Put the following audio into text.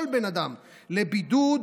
כל בן אדם, לבידוד